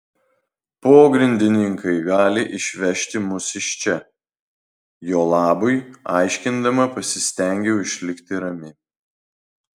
pogrindininkai gali išvežti mus iš čia jo labui aiškindama pasistengiau išlikti rami